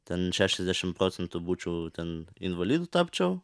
ten šešiasdešimt procentų būčiau ten invalidu tapčiau